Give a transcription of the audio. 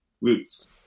roots